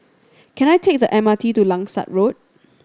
can I take the M R T to Langsat Road